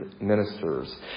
ministers